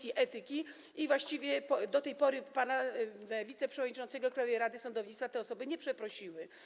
I właściwie do tej pory pana wiceprzewodniczącego Krajowej Rady Sądownictwa te osoby nie przeprosiły.